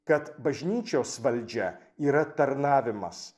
kad bažnyčios valdžia yra tarnavimas